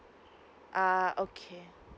ah okay